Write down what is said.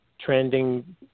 trending